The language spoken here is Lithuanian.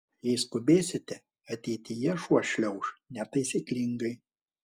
jei skubėsite ateityje šuo šliauš netaisyklingai